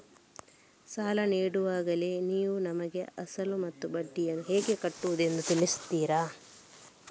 ಸಾಲ ನೀಡುವಾಗಲೇ ನೀವು ನಮಗೆ ಅಸಲು ಮತ್ತು ಬಡ್ಡಿಯನ್ನು ಹೇಗೆ ಕಟ್ಟುವುದು ಎಂದು ತಿಳಿಸುತ್ತೀರಾ?